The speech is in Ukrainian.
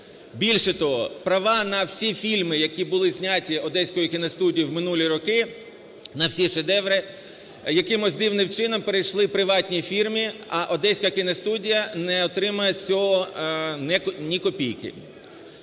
Більше того, права на всі фільми, які були зняті Одеською кіностудією в минулі роки, на всі шедеври якимось дивним чином перейшли приватній фірмі, а Одеська кіностудія не отримує з цього ні копійки.